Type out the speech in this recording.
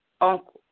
uncle